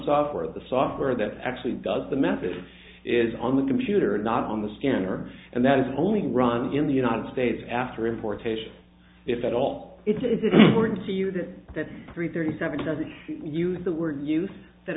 software the software that actually does the method is on the computer not on the scanner and that is only run in the united states after importation if at all it is is or concealed it that three thirty seven doesn't use the word used that